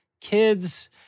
kids